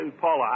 Paula